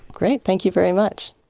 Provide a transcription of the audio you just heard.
great, thank you very much.